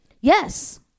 Yes